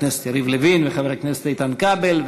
חבר הכנסת יריב לוין וחבר הכנסת איתן כבל,